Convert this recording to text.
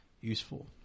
useful